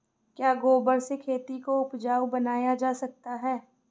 क्या गोबर से खेती को उपजाउ बनाया जा सकता है?